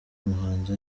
muhanzi